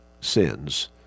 sins